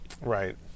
Right